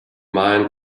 mind